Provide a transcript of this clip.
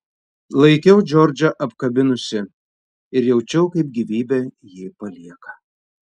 laikiau džordžą apkabinusi ir jaučiau kaip gyvybė jį palieka